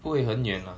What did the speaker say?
不会很远 lah